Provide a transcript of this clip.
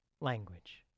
language